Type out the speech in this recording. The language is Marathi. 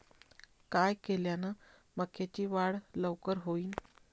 काय केल्यान मक्याची वाढ लवकर होईन?